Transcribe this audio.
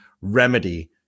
remedy